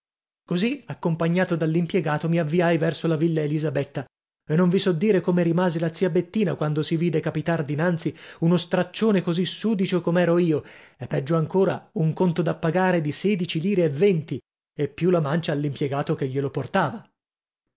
così accompagnato dall'impiegato mi avviai verso la villa elisabetta e non vi so dire come rimase la zia bettina quando si vide capitar dinanzi uno straccione così sudicio com'ero io e peggio ancora un conto da pagare di sedici lire e venti e più la mancia all'impiegato che glielo portava